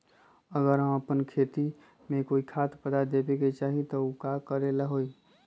अगर हम अपना खेती में कोइ खाद्य पदार्थ देबे के चाही त वो ला का करे के होई?